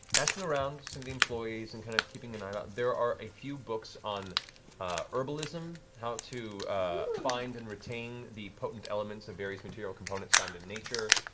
asking around some of the employees and kind of keeping an eye out, there are a few books on herbalism, how to find and retain the potent elements of various material components found in nature.